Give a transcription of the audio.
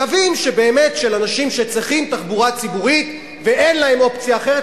קווים של אנשים שצריכים תחבורה ציבורית ואין להם אופציה אחרת,